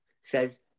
says